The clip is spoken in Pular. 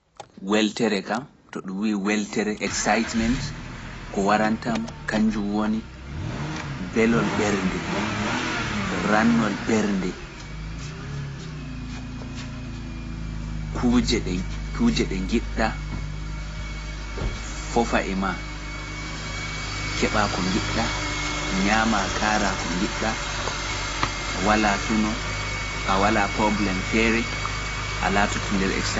Weltere kam to ɗum wii weltere excitement ko warantam kañnjum woni belol ɓernde rannol bernde, ñaama ko ngidda, keba kujeji e kare ji di ngidda fofa e ma, keba ko ngidda, njaha to ngidda.